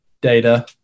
data